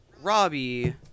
Robbie